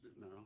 No